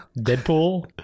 Deadpool